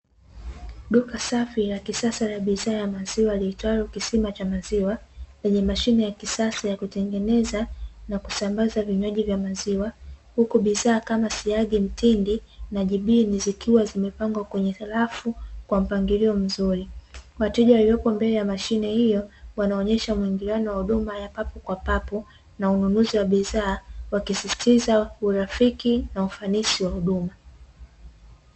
Duka safi la bidhaa za maziwa liitwalo kisima cha maziwa, lenye mashine ya kisasa ya kutengeza na kusambaza vinywaji vya maziwa, huku bidhaa kama siagi, mtindi na jibini zikiwa zimepangwa kwenye sarafu kwa mpangilio mzuri, wateja walioko mbele ya mashine hiyo wanaonyesha muingiliano wa papo kwa papo na ununuzi wa bidhaa wa wakisisitiza urafiki na ufanisi wa huduma.